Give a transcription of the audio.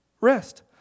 rest